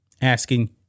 asking